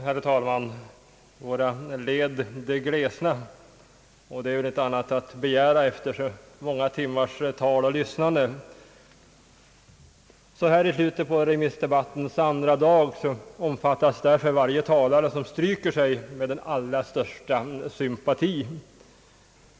Herr talman! Våra led de glesna, och intet annat är väl att begära efter så många timmars tal och lyssnande. Så här i slutet på remissdebattens andra dag får därför varje talare som stryker sig på talarlistan den allra största sympati.